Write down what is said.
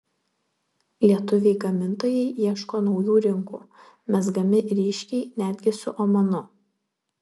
lietuviai gamintojai ieško naujų rinkų mezgami ryšiai netgi su omanu